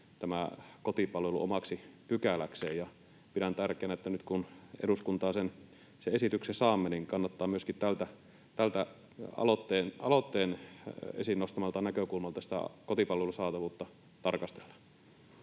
tämä kotipalvelu omaksi pykäläkseen. Pidän tärkeänä, että nyt kun eduskuntaan sen esityksen saamme, niin kannattaa myöskin tältä aloitteen esiin nostamalta näkökulmalta sitä kotipalvelun saatavuutta tarkastella.